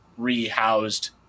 rehoused